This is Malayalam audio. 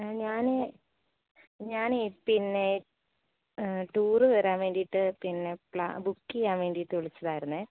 ആ ഞാനേ ഞാനേ പിന്നെ ടൂറ് വരാൻ വേണ്ടിയിട്ട് പിന്നെ ബുക്ക് ചെയ്യാൻ വേണ്ടിയിട്ട് വിളിച്ചതായിരുന്നു